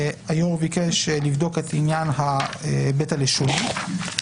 היו"ר ביקש לבדוק את עניין ההיבט הלשוני,